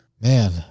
Man